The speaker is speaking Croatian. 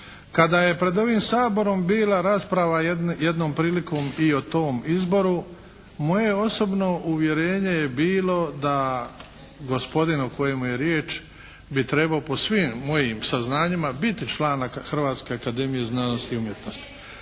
Kada je pred ovim Saborom bila rasprava jednom prilikom i o tom izboru, moje osobno uvjerenje je bilo da gospodinu o kojemu je riječ, bi trebao po svim mojim saznanjima biti član Hrvatske akademije znanosti i umjetnosti.